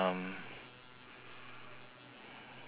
I jump down from a third storey carpark